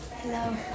Hello